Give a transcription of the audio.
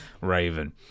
Raven